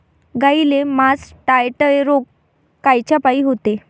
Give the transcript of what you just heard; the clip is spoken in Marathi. गाईले मासटायटय रोग कायच्यापाई होते?